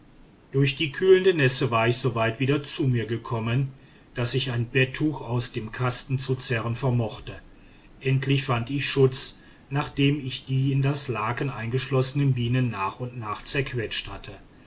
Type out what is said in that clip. durch die kühlende nässe war ich soweit wieder zu mir gekommen daß ich ein bettuch aus dem kasten zu zerren vermochte endlich fand ich schutz nachdem ich die in das laken eingeschlossenen bienen nach und nach zerquetscht hatte